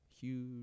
huge